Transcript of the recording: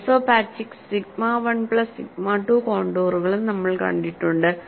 isopachics sigma 1 plus sigma 2 കോൺടൂറുകളും നമ്മൾ കണ്ടിട്ടുണ്ട്